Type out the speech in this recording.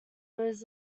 was